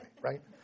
right